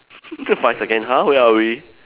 five seconds !huh! where are we